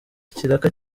ikiraka